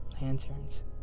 lanterns